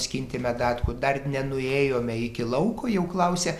skinti medetkų dar nenuėjome iki lauko jau klausia